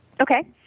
Okay